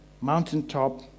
mountaintop